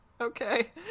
okay